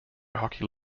hockey